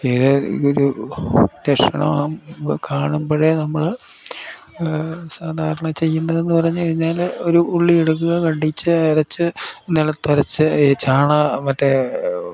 ഏത് ഒരു രക്ഷണം കാണുമ്പോൾ നമ്മൾ സാധാരണ ചെയ്യേണ്ടത് എന്ന് പറഞ്ഞു കഴിഞ്ഞാൽ ഒരു ഉള്ളി ഇടുക്കുക കണ്ടിച്ച് അരച്ച് നിലത്തൊരച്ച് ഈ ചാണ മറ്റേ